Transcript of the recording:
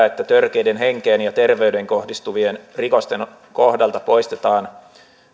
että törkeiden henkeen ja terveyteen kohdistuvien rikosten kohdalta poistetaan